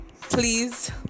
please